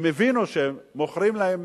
הם הבינו שמוכרים להם